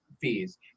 fees